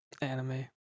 anime